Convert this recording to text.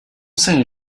saint